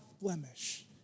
blemish